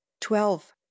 Twelve